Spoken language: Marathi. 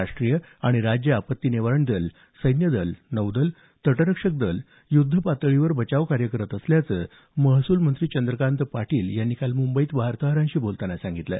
राष्ट्रीय आणि राज्य आपत्ती निवारण दल सैन्यदल नौदल तटरक्षक दल युद्धपातळीवर बचाव कार्य करत असल्याचं महसूलमंत्री चंद्रकांत पाटील यांनी काल वार्ताहरांशी बोलतांना सांगितलं